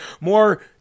more